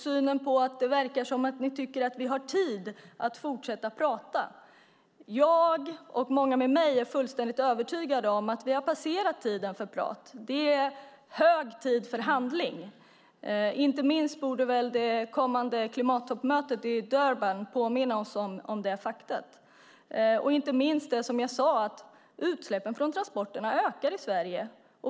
Det verkar som att ni tycker att vi har tid att fortsätta prata. Jag och många med mig är fullständigt övertygade om att vi har passerat tiden för prat. Det är hög tid för handling. Inte minst borde väl det kommande klimattoppmötet i Durban påminna oss om detta faktum och, som jag sade, att utsläppen från transporterna ökar i Sverige.